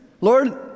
Lord